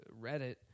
Reddit